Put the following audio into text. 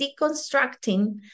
deconstructing